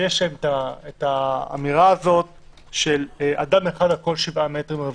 יש האמירה הזו של אדם אחד על כל 7 מ"ר.